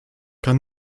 kann